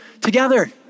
together